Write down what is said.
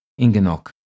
Ingenok